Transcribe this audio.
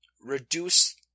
reduce